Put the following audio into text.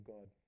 God